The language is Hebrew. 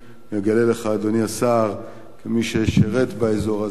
אני אגלה לך, אדוני השר, כמי ששירת באזור הזה,